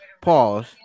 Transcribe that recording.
Pause